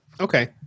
Okay